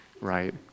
right